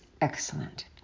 excellent